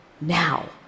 now